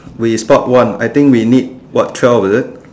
we spot one I think we need twelve is it